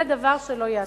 זה דבר שלא ייעשה.